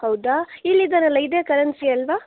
ಹೌದಾ ಇಲ್ಲಿದ್ದಾರಲ್ಲ ಇದೆ ಕರಣ್ ಸಿ ಅಲ್ವ